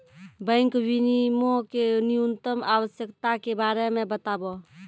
bank विनियमो के न्यूनतम आवश्यकता के बारे मे बताबो